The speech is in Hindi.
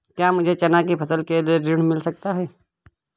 क्या मुझे चना की फसल के लिए ऋण मिल सकता है?